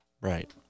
Right